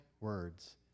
words